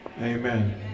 Amen